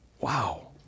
Wow